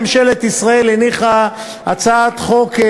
ממשלת ישראל הניחה הצעת חוק,